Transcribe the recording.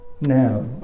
Now